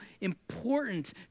important